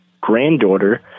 granddaughter